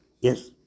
Yes